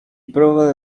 probably